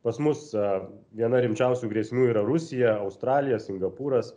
pas mus a viena rimčiausių grėsmių yra rusija australija singapūras